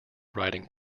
writing